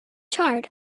charred